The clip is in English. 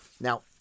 Now –